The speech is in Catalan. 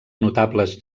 notables